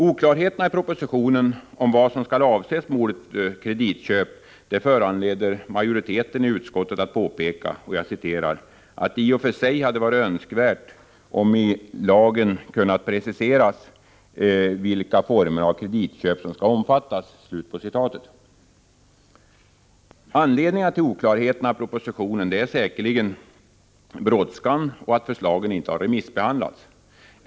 Oklarheterna i propositionen om vad som skall avses med ordet kreditköp föranleder majoriteten i utskottet att påpeka ”att det i och för sig hade varit önskvärt om i lagen kunnat preciseras vilka former av kreditköp som skall omfattas”. Anledningarna till oklarheterna i propositionen är säkerligen brådskan och att förslagen inte har remissbehandlats.